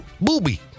Booby